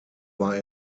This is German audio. war